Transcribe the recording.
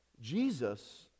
Jesus